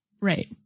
Right